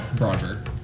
Roger